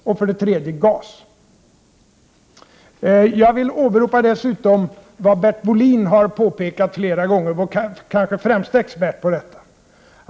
Jag vill dessutom åberopa vad Bert Bolin har påpekat flera gånger — vår kanske främste expert på detta område.